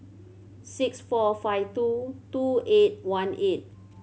six four five two two eight one eight